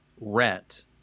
rent